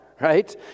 right